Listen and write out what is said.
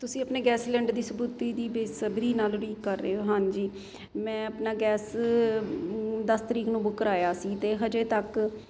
ਤੁਸੀਂ ਆਪਣੇ gas cylinder ਦੀ ਸਬੂਤੀ ਦੀ ਬੇਸਬਰੀ ਨਾਲ ਉਡੀਕ ਕਰ ਰਹੇ ਹੋ ਹਾਂਜੀ ਮੈਂ ਆਪਣਾ ਗੈਸ ਦਸ ਤਰੀਕ ਨੂੰ ਬੁੱਕ ਕਰਾਇਆ ਸੀ ਅਤੇ ਹਾਲੇ ਤੱਕ